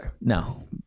No